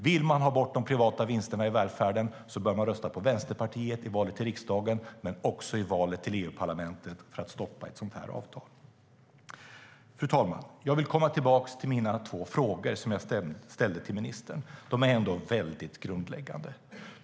Vill man ha bort de privata vinsterna i välfärden bör man rösta på Vänsterpartiet i valet till riksdagen men också i valet till EU-parlamentet för att stoppa ett sådant här avtal. Fru talman! Jag vill komma tillbaka till mina två frågor som jag ställde till ministern. De är väldigt grundläggande.